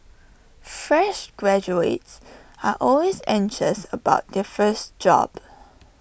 fresh graduates are always anxious about their first job